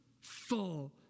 full